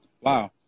Wow